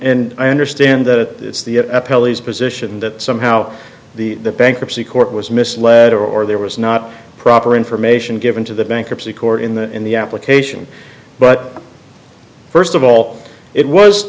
and i understand that it's the pelleas position that somehow the bankruptcy court was misled or there was not proper information given to the bankruptcy court in the in the application but first of all it was